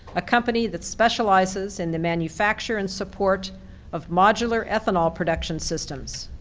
a company that specializes in the manufacture and support of modular ethanol production systems.